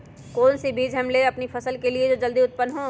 कौन सी बीज ले हम अपनी फसल के लिए जो जल्दी उत्पन हो?